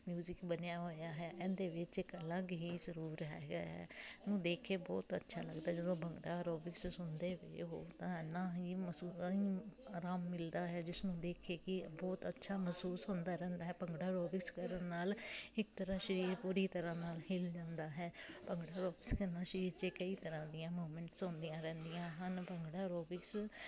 music ਬਣਿਆ ਹੋਇਆ ਹੈ ਇਹਦੇ ਵਿੱਚ ਇੱਕ ਅਲੱਗ ਹੀ ਸਰੂਰ ਹੈ ਇਹਨੂੰ ਦੇਖ ਕੇ ਬਹੁਤ ਅੱਛਾ ਲੱਗਦਾ ਜਦੋਂ ਭੰਗੜਾ ਐਰੋਬਿਕਸ ਸੁਣਦੇ ਵੀ ਹੋਰ ਤਾਂ ਇੰਨਾ ਹੀ ਆਰਾਮ ਮਿਲਦਾ ਹੈ ਇਸਨੂੰ ਦੇਖ ਕੇ ਬਹੁਤ ਅੱਛਾ ਮਹਿਸੂਸ ਹੁੰਦਾ ਰਹਿੰਦਾ ਹੈ ਭੰਗੜਾ ਐਰੋਬਿਕਸ ਕਰਨ ਨਾਲ ਇੱਕ ਤਰ੍ਹਾਂ ਸਰੀਰ ਪੂਰੀ ਤਰ੍ਹਾਂ ਨਾਲ ਹਿੱਲ ਜਾਂਦਾ ਹੈ ਭੰਗੜਾ ਐਰੋਬਿਕਸ ਕਰਨ ਨਾਲ ਸਰੀਰ 'ਚ ਇੱਕ ਕਈ ਤਰ੍ਹਾਂ ਦੀਆਂ ਮੂਮੈਂਟਸ ਹੁੰਦੀਆਂ ਰਹਿੰਦੀਆਂ ਹਨ ਭੰਗੜਾ ਐਰੋਬਿਕਸ